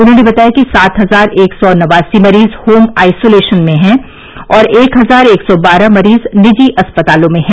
उन्होंने बताया कि सात हजार एक सौ नवासी मरीज होम आइसोलेशन में हैं और एक हजार एक सौ बारह मरीज निजी अस्पतालों में है